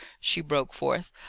she broke forth.